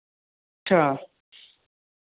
अच्छा